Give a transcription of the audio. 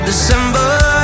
December